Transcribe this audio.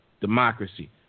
democracy